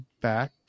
back